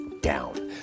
down